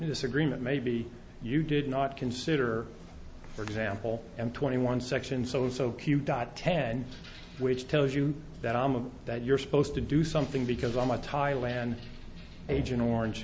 this agreement maybe you did not consider for example m twenty one section so so q dot ten which tells you that i am of that you're supposed to do something because i'm a thailand agent orange